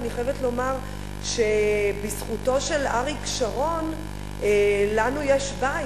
אני חייבת לומר שבזכותו של אריק שרון לנו יש בית.